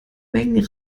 mengen